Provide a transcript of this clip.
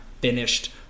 finished